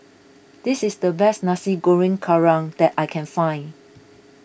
this is the best Nasi Goreng Kerang that I can find